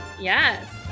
Yes